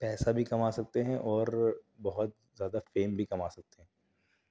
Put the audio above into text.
پیسہ بھی کما سکتے ہیں اور بہت زیادہ فیم بھی کما سکتے ہیں